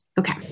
Okay